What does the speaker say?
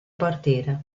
partire